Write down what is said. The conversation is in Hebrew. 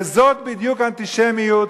וזאת בדיוק אנטישמיות,